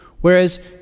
Whereas